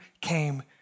came